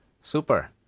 Super